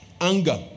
anger